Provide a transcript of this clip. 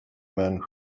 mewn